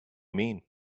mean